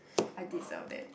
I deserve that